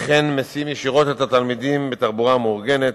אכן מסיעים ישירות את התלמידים, בתחבורה מאורגנת,